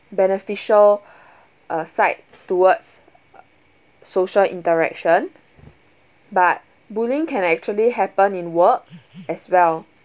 beneficial uh side towards social interaction but bullying can actually happen in work as well